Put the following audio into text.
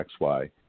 XY